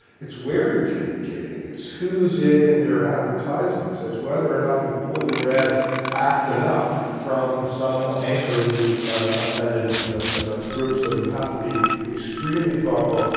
it's where you're communicating. its who's in your advertisements. it's whether or not you pull your ads fast enough from some anchor who has offended another group. so you have to be extremely thoughtful.